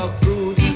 fruit